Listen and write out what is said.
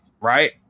right